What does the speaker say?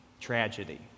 Tragedy